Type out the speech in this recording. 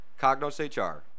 CognosHR